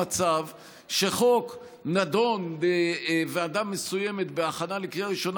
מצב שחוק נדון בוועדה מסוימת בהכנה לקריאה ראשונה